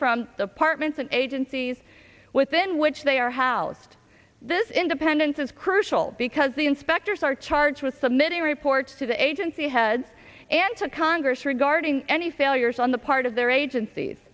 from the apartments and agencies within which they are housed this independence is crucial because the inspectors are charged with submitting reports to the agency head and to congress regarding any failures on the part of their agencies